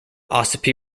ossipee